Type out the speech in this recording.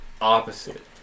opposite